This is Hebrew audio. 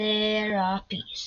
Serapis